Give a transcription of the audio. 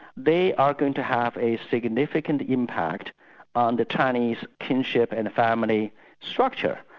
they are going to have a significant impact on the chinese kinship and family structure.